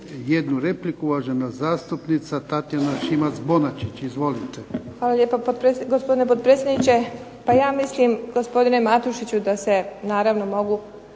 jednu repliku, uvažena zastupnica Tatjana Šimac-Bonačić. Izvolite. **Šimac Bonačić, Tatjana (SDP)** Hvala lijepa gospodine potpredsjedniče. Pa ja mislim, gospodine Matušiću, da se naravno mogu